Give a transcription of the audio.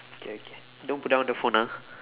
okay okay don't put down the phone ah